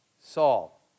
saul